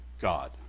God